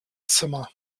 zimmer